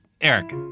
Eric